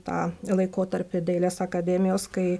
tą laikotarpį dailės akademijos kai